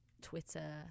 Twitter